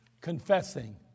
confessing